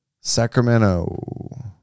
Sacramento